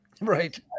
right